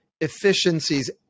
efficiencies